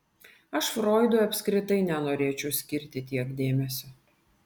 aš froidui apskritai nenorėčiau skirti tiek dėmesio